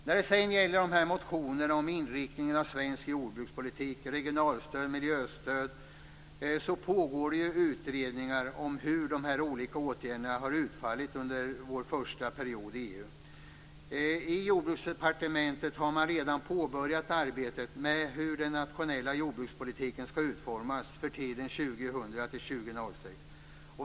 När det sedan gäller motionerna om inriktningen av svensk jordbrukspolitik, regionalstöd och miljöstöd vill jag säga att det pågår utredningar om hur de olika åtgärderna har utfallit under vår första period i I Jordbruksdepartementet har man redan påbörjat arbetet med hur den nationella jordbrukspolitiken skall utformas för tiden 2000-2006.